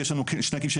כי יש לנו שני כבשנים,